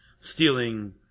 stealing